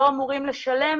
הם לא אמורים לשלם